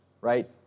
Right